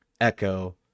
Echo